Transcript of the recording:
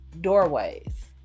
doorways